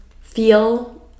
feel